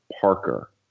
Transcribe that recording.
Parker